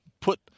put